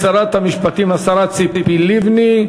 תודה לשרת המשפטים, השרה ציפי לבני.